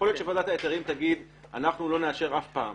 יכול להיות שוועדת ההיתרים תגיד: אנחנו לא נאשר אף פעם.